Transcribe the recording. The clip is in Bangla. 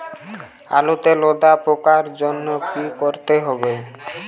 আলুতে লেদা পোকার জন্য কি করতে হবে?